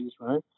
right